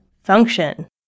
function